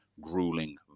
grueling